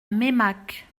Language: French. meymac